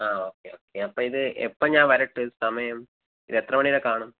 അ okay okay അപ്പം ഇത് എപ്പം ഞാൻ വരട്ട് സമയം ഇതെത്രമണിവരെ കാണും